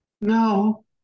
No